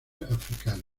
africano